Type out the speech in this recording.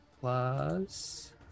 plus